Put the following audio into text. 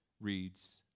reads